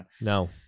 No